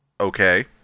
Okay